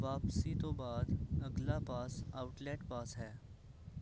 ਵਾਪਸੀ ਤੋਂ ਬਾਅਦ ਅਗਲਾ ਪਾਸ ਆਊਟਲੈੱਟ ਪਾਸ ਹੈ